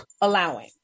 allowing